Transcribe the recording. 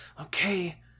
okay